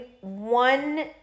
one